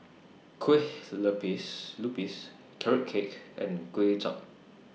Kueh Lupis Carrot Cake and Kuay Chap